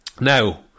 Now